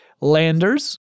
Landers